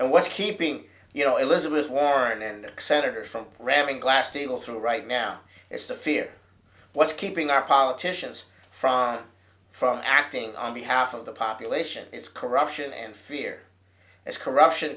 and what's keeping you know elizabeth warren and the senator from ramming glass deal through right now it's the fear what's keeping our politicians from from acting on behalf of the population is corruption and fear is corruption